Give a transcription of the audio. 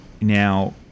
Now